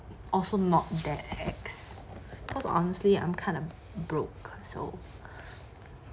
also not that ex cause honestly I'm kind of broke so